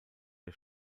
der